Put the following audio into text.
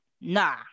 nah